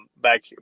back